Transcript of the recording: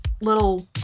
little